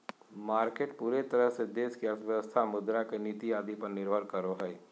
market पूरे तरह से देश की अर्थव्यवस्था मुद्रा के नीति आदि पर निर्भर करो हइ